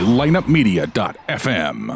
lineupmedia.fm